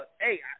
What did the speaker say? Hey